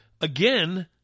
again